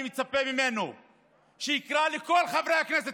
אני מצפה ממנו שיקרא לכל חברי הכנסת